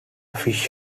fish